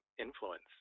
influence